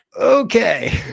Okay